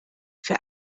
für